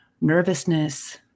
nervousness